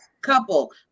couple